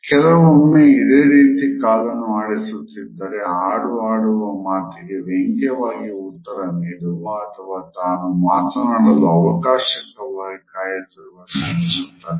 ಕೆಲವೊಮ್ಮೆ ಇದೆ ರೀತಿ ಕಾಲನ್ನು ಆಡಿಸುತ್ತಿದ್ದರೆ ಆಡು ಆಡುವ ಮಾತಿಗೆ ವ್ಯಂಗ್ಯವಾಗಿ ಉತ್ತರ ನೀಡುವ ಅಥವಾ ತಾನು ಮಾತನಾಡಲು ಅವಕಾಶಕ್ಕಾಗಿ ಕಾಯುತಿರುವುದನ್ನು ಸೂಚಿಸುತ್ತದೆ